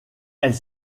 elle